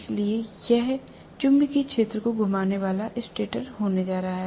इसलिए यह चुंबकीय क्षेत्र को घुमाने वाला स्टेटर होने जा रहा है